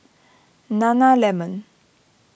Nana Lemon